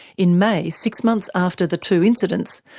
in may, six months after the two incidents,